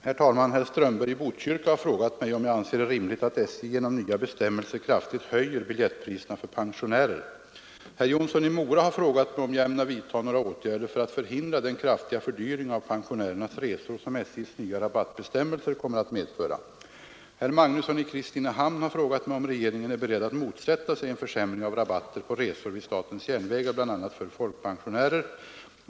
Herr talman! Herr Strömberg i Botkyrka har frågat mig om jag anser det rimligt att SJ genom nya bestämmelser kraftigt höjer biljettpriserna för pensionärer. Herr Jonsson i Mora har frågat mig om jag ämnar vidta några åtgärder för att förhindra den kraftiga fördyring av pensionärernas resor som SJ:s nya rabattbestäm melser kommer att medföra. Herr Magnusson i Kristinehamn har frågat mig om regeringen är beredd att motsätta sig en försämring av rabatter på resor vid statens järnvägar, bl.a. för folkpensionärer.